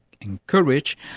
encourage